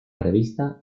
revista